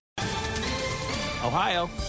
Ohio